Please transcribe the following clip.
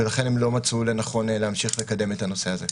ולכן הם לא מצאו לנכון להמשיך לקדם את הנושא הזה.